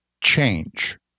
change